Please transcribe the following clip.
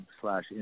slash